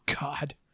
God